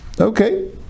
Okay